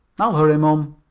i'll hurry, mom.